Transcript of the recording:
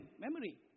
Memory